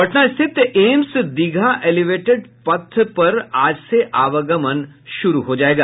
पटना स्थित AIIMS Digha elevated पथ पर आज से आवागमन शुरू हो जायेगा